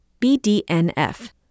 BDNF